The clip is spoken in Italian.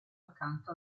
accanto